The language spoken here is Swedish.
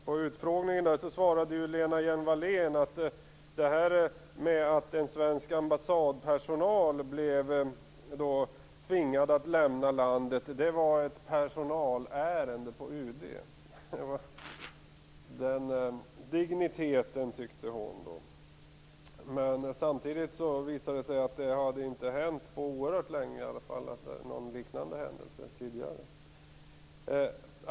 På utfrågningen svarade Lena Hjelm-Wallén att det var ett personalärende på UD, att en svensk ambassadtjänsteman blev tvingad att lämna landet. Det var den digniteten, tyckte hon. Samtidigt visar det sig att någon liknande händelse inte har inträffat på oerhört länge.